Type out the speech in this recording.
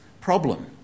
problem